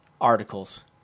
articles